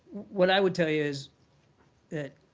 what i would tell you is that